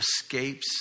escapes